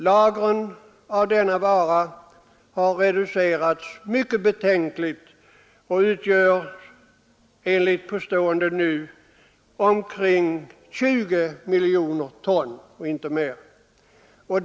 Lagren av denna vara har reducerats mycket betänkligt och uppges nu utgöra omkring 20 miljoner ton — inte mer.